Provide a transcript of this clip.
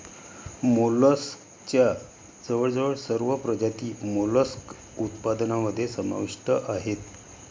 मोलस्कच्या जवळजवळ सर्व प्रजाती मोलस्क उत्पादनामध्ये समाविष्ट आहेत